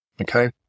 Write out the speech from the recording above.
Okay